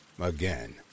Again